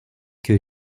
que